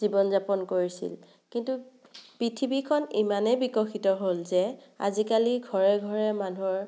জীৱন যাপন কৰিছিল কিন্তু পৃথিৱীখন ইমানেই বিকশিত হ'ল যে আজিকালি ঘৰে ঘৰে মানুহৰ